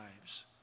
lives